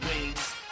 wings